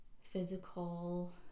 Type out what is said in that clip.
physical